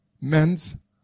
men's